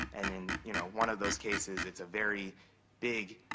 and in you know one of those cases, it's a very big